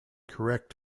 correct